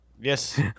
Yes